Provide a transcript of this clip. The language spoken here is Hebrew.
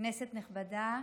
כנסת נכבדה,